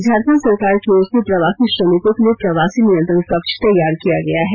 झारखंड सरकार की ओर से प्रवासी श्रमिकों के लिए प्रवासी नियंत्रण कक्ष तैयार किया गया है